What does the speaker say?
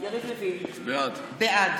לוין, בעד